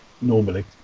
Normally